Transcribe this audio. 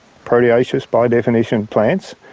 proteaceous by definition plants.